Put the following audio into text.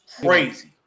crazy